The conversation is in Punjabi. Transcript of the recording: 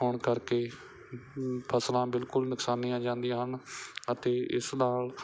ਹੋਣ ਕਰਕੇ ਫਸਲਾਂ ਬਿਲਕੁਲ ਨੁਕਸਾਨੀਆਂ ਜਾਂਦੀਆਂ ਹਨ ਅਤੇ ਇਸ ਨਾਲ